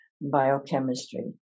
biochemistry